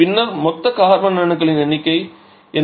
பின்னர் மொத்த கார்பன் அணுக்களின் எண்ணிக்கை என்ன